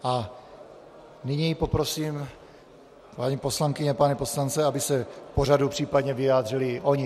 A nyní poprosím paní poslankyně a pány poslance, aby se k pořadu případně vyjádřili i oni.